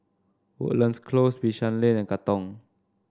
Woodlands Close Bishan Lane and Katong